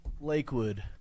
Lakewood